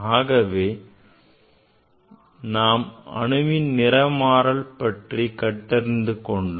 ஆகவே நாம் அணு நிலைமாறல் பற்றி கற்றறிந்து கொண்டோம்